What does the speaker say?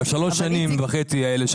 שלוש השנים וחצי האלה,